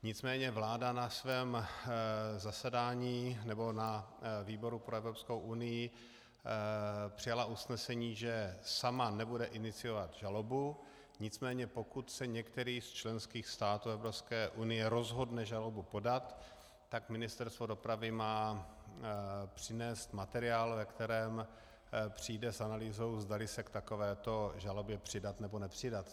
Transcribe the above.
Nicméně vláda na výboru pro Evropskou unii přijala usnesení, že sama nebude iniciovat žalobu, nicméně pokud se některý z členských států Evropské unie rozhodne žalobu podat, tak Ministerstvo dopravy má přinést materiál, ve kterém přijde s analýzou, zdali se k takovéto žalobě přidat, nebo nepřidat.